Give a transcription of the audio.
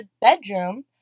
bedroom